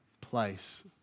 place